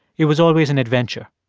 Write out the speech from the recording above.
it was always an adventure.